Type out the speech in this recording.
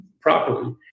properly